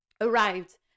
arrived